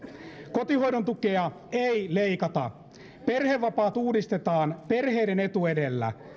kotihoidon tukea ei leikata perhevapaat uudistetaan perheiden etu edellä